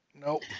Nope